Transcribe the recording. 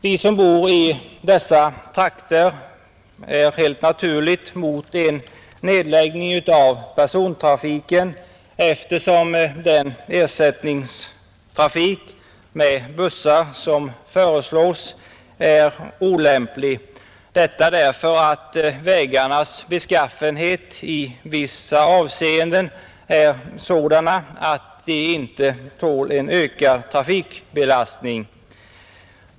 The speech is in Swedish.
Vi som bor i dessa trakter är helt naturligt emot en nedläggning av persontrafiken, eftersom den ersättningstrafik med bussar som föreslås är olämplig, då vägarnas beskaffenhet i vissa avseenden är sådan att de inte tål en ökad trafikbelastning.